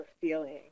feeling